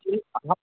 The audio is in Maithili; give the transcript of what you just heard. चीज आहाँकेॅं